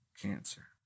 cancer